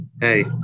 hey